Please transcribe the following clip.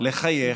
לחייך